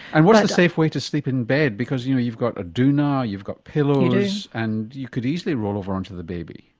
and what's the safe way to sleep in bed? because you know you've got a doona, you've got pillows, and you could easily roll over onto the baby.